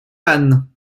elles